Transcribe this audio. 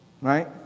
Right